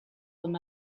them